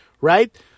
right